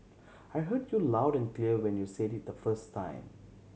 I heard you loud and clear when you said it the first time